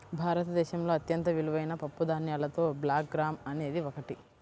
భారతదేశంలో అత్యంత విలువైన పప్పుధాన్యాలలో బ్లాక్ గ్రామ్ అనేది ఒకటి